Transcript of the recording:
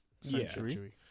century